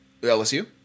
LSU